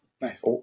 Nice